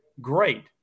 great